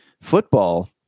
Football